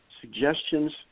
suggestions